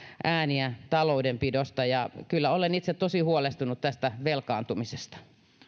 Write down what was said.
ääniä taloudenpidosta ja kyllä olen itsekin tosi huolestunut tästä velkaantumisesta